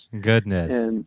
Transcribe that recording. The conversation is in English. Goodness